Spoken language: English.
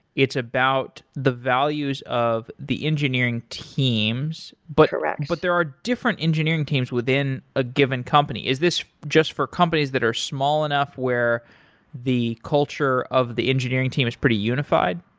it's about the values of the engineering teams, but but there are different engineering teams within a given company. is this just for companies that are small enough, where the culture of the engineering team is pretty unified?